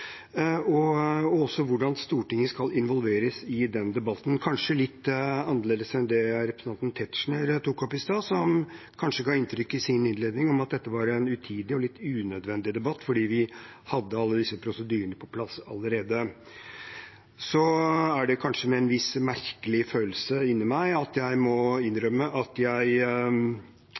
og også hvordan Stortinget skal involveres i den debatten – kanskje litt annerledes enn det representanten Tetzschner tok opp i stad, som kanskje ga inntrykk i sin innledning av at dette var en utidig og litt unødvendig debatt fordi vi hadde alle disse prosedyrene på plass allerede. Så er det kanskje med en viss merkelig følelse inni meg at jeg må innrømme at jeg